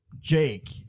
Jake